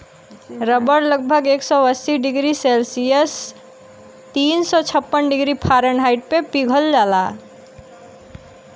रबड़ लगभग एक सौ अस्सी डिग्री सेल्सियस तीन सौ छप्पन डिग्री फारेनहाइट पे पिघल जाला